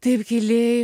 taip giliai